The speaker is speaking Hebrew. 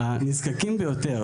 הנזקקים ביותר,